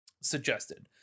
suggested